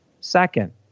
Second